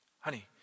honey